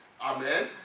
Amen